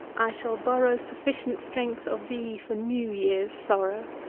i shall borrow sufficient strength of thee for new year's sorrow.